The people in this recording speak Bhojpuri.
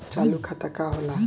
चालू खाता का होला?